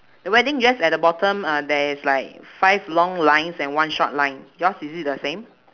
wedding dress at the bottom uh there is like five long lines and one short line yours is it the same